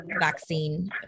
vaccine